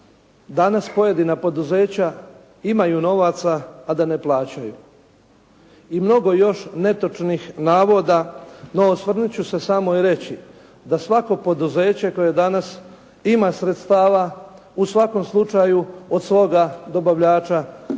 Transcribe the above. danas pojedina poduzeća imaju novaca a da ne plaćaju. I mnogo još netočnih navoda no osvrnut ću se samo i reći da svako poduzeće koje danas ima sredstava u svakom slučaju od svoga dobavljača